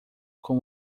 com